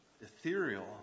ethereal